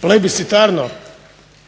plebiscitarno